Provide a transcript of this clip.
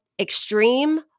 Extreme